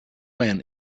men